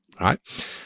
right